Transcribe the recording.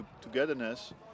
togetherness